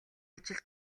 ажилд